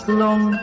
long